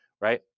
right